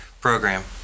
program